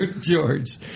George